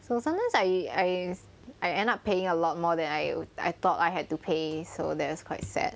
so sometimes I is I end up paying a lot more than I I thought I had to pay so that was quite sad